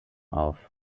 auf